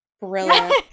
Brilliant